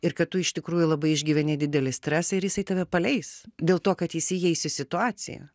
ir kad tu iš tikrųjų labai išgyveni didelį stresą ir jisai tave paleis dėl to kad jis įeis į situaciją